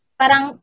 parang